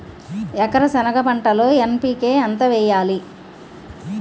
ఎకర సెనగ పంటలో ఎన్.పి.కె ఎంత వేయాలి?